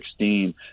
2016